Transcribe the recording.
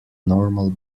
normal